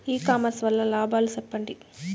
ఇ commerce వల్ల లాభాలు సెప్పండి?